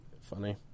funny